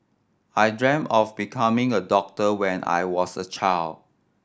I dreamt of becoming a doctor when I was a child